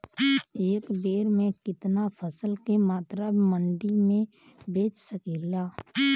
एक बेर में कितना फसल के मात्रा मंडी में बेच सकीला?